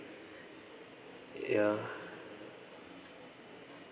ya